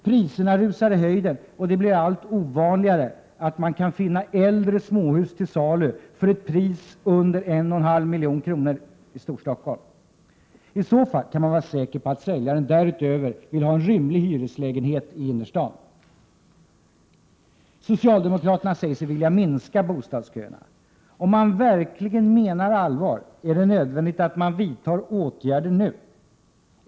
Priserna rusar i höjden, och det blir allt ovanligare att man kan finna äldre småhus till salu för ett pris under 1,5 milj.kr. i Storstockholm. I så fall kan man vara säker på att säljaren därutöver vill ha en rymlig hyreslägenhet i innerstaden. Socialdemokraterna säger sig vilja minska bostadsköerna. Om de verkligen menar allvar är det nödvändigt att vidta åtgärder nu.